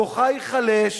כוחה ייחלש,